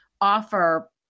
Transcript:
offer